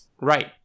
Right